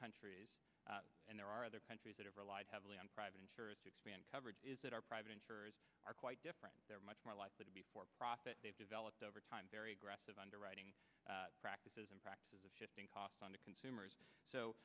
countries and there are other countries that have relied heavily on private insurance coverage is that our private insurers are quite different they're much more likely to be for profit they've developed over time very aggressive underwriting practices and practices of shifting costs on to consumers so